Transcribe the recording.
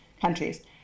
countries